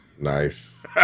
Nice